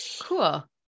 cool